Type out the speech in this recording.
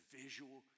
visual